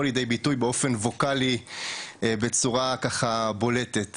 ליידי ביטוי באופן ווקאלי בצורה ככה בולטת,